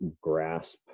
grasp